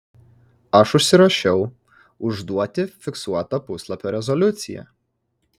aš užsirašiau užduoti fiksuotą puslapio rezoliuciją